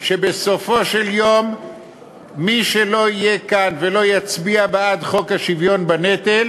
שבסופו של דבר מי שלא יהיה כאן ולא יצביע בעד חוק השוויון בנטל